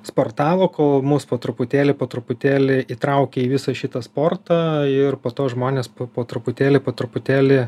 sportavo kol mums po truputėlį po truputėlį įtraukė į visą šitą sportą ir po to žmonės po truputėlį po truputėlį